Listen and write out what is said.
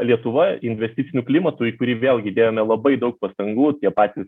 lietuva investiciniu klimatu į kurį vėlgi dėjome labai daug pastangų tie patys